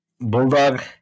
Bulldog